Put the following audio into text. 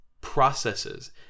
processes